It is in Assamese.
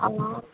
অ